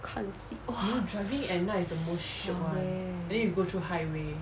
看戏 !whoa! 爽 eh